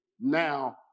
now